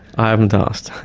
i haven't asked!